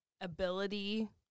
ability